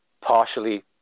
partially –